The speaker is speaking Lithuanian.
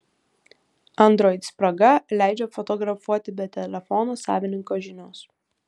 android spraga leidžia fotografuoti be telefono savininko žinios